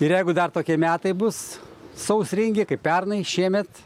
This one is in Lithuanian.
ir jeigu dar tokie metai bus sausringi kaip pernai šiemet